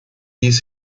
dies